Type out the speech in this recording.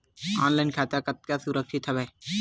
Online खाता कतका सुरक्षित हवय?